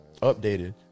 updated